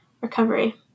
Recovery